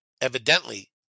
evidently